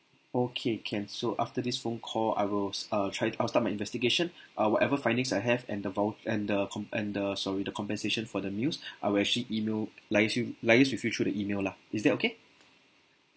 okay can so after this phone call I will s~ uh try I'll start my investigation uh whatever findings I have and the vou~ and the com~ and the sorry the compensation for the meals I will actually email liaise you liaise with you through the email lah is that okay